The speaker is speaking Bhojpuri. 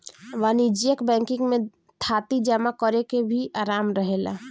वाणिज्यिक बैंकिंग में थाती जमा करेके भी आराम रहेला